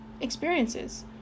experiences